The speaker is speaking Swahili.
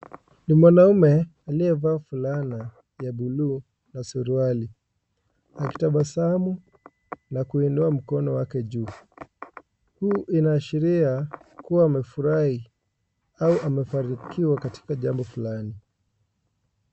Ni mwanume aliyevaa fulana ya bluu na suruali, akitabasamu na kuinua mkono wake juu. Hii inaashiria kuwa amefurahi au amefanikiwa katika jambo flani.